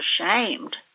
ashamed